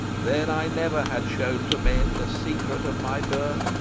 then i never had shown to men the secret of my birth.